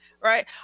right